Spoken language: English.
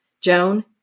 Joan